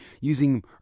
using